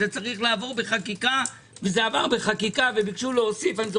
זה צריך לעבור בחקיקה וזה עבר בחקיקה ואני זוכר